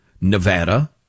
Nevada